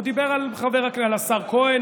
הוא דיבר על השר כהן,